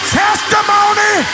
testimony